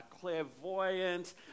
clairvoyant